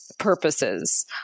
purposes